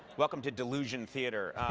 welcome to delusion theater.